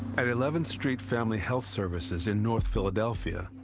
at eleventh street family health services in north philadelphia,